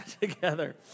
Together